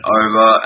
over